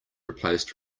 replaced